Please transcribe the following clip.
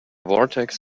vortex